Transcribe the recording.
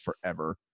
forever